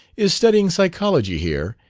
is studying psychology here,